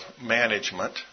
management